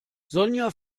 sonja